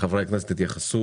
שחברי הכנסת יתייחסו.